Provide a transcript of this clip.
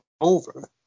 over